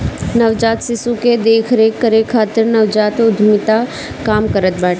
नवजात शिशु कअ देख रेख करे खातिर नवजात उद्यमिता काम करत बाटे